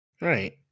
Right